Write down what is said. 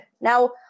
Now